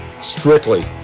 strictly